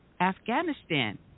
Afghanistan